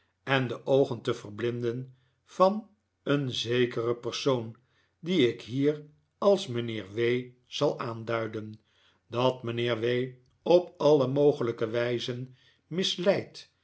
en de oogen te verblinden van een zekeren persoon dien ik hier als mijnheer w zal aanduiden dat mijnheer w op alle mogelijke wijzen misleid